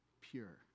pure